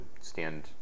stand